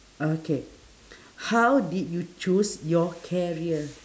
okay how did you choose your career